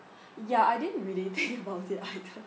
ya I didn't really think about it either